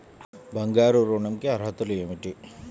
బంగారు ఋణం కి అర్హతలు ఏమిటీ?